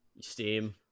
Steam